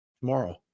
tomorrow